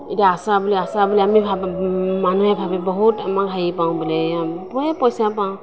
এতিয়া আশা বুলি আশা বুলি আমি মানুহে ভাৱে বহুত আমাক হেৰি পাওঁ বুলি এই পইচা পাওঁ